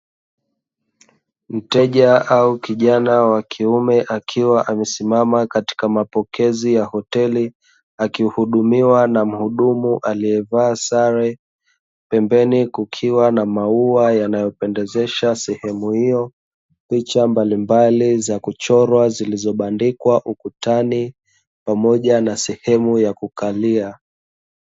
Mteja au kijana wa kiume akiwa amesimama katika mapokezi ya hoteli, akihudumiwa na mhudumu aliyevaa sare. Pembeni kukiwa na maua yanayopendezesha sehemu hiyo, picha mbalimbali za kuchorwa zilizobandikwa ukutani, pamoja na sehemu ya kukalia.